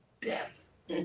death